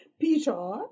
Peter